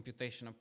computational